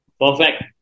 Perfect